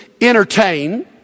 entertain